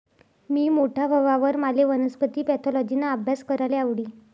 मी मोठा व्हवावर माले वनस्पती पॅथॉलॉजिना आभ्यास कराले आवडी